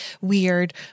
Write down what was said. weird